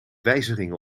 wijzigen